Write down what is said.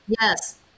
Yes